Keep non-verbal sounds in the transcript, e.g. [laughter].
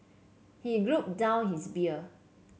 he [unintelligible] down his beer